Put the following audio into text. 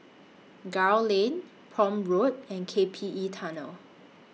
Gul Lane Prome Road and K P E Tunnel